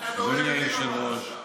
אתה דואג לליברמן עכשיו.